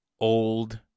old